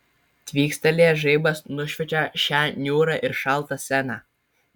tvykstelėjęs žaibas nušviečia šią niūrią ir šaltą sceną